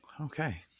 Okay